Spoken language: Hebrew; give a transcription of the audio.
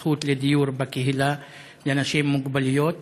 הזכות לדיור בקהילה לאנשים עם מוגבלויות.